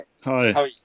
Hi